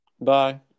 Bye